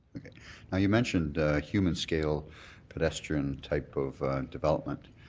ah you mentioned human-scale pedestrian-type of development.